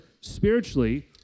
spiritually